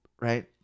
right